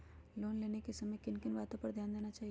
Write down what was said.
Loan लेने के समय किन किन वातो पर ध्यान देना चाहिए?